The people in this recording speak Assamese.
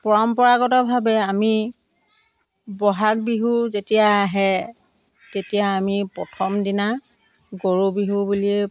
পৰম্পৰাগতভাৱে আমি বহাগ বিহু যেতিয়া আহে তেতিয়া আমি প্ৰথম দিনা গৰু বিহু বুলিয়ে